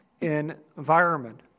environment